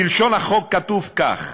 בלשון החוק כתוב כך: